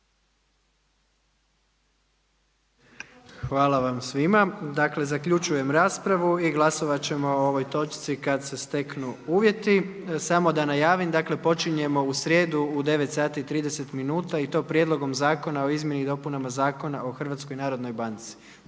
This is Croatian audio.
Hvala vam svima. Dakle zaključujem raspravu i glasovati ćemo o ovoj točci kada se steknu uvjeti. Samo da najavim, dakle počinjemo u srijedu u 9,30 i to Prijedlogom zakona o Izmjeni i dopunama Zakona o Hrvatskoj narodnoj banci.